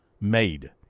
made